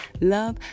love